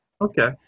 Okay